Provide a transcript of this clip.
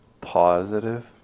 Positive